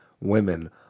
women